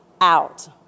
out